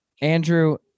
andrew